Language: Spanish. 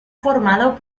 formado